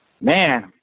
Man